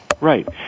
right